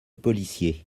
policiers